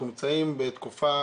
אנחנו נמצאים בתקופה